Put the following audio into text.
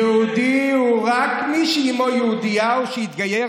יהודי הוא רק מי שאימו יהודייה או שהתגייר